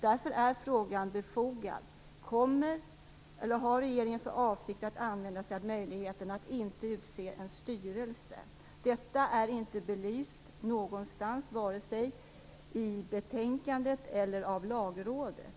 Därför är frågan befogad. Har regeringen för avsikt att använda sig av möjligheten att inte utse en styrelse? Detta är inte belyst någonstans, vare sig i betänkandet eller av Lagrådet.